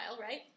right